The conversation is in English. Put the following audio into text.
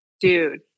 Dude